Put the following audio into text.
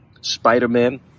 Spider-Man